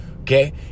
Okay